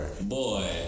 Boy